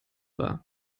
war